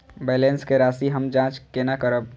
Balance के राशि हम जाँच केना करब?